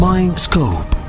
Mindscope